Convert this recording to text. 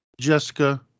Jessica